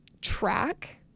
track